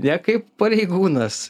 ne kaip pareigūnas